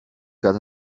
got